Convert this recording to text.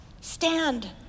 Stand